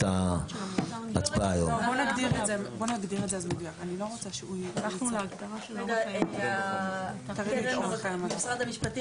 אז אנחנו צריכים גם לתקן ולחייב אותו לשמור את המסמך